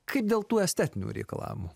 kaip dėl tų estetinių reikalavimų